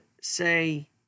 say